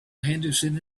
henderson